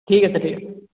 ঠিক আছে ঠিক আছে